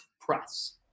Press